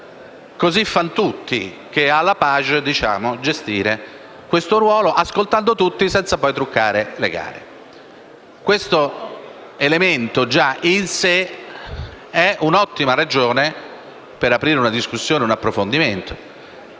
"così fan tutti" e che è *à la page* gestire detto ruolo ascoltando tutti, senza poi truccare le gare. Questo elemento già in sé è un'ottima ragione per aprire una discussione e fare un approfondimento.